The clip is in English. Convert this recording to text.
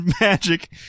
magic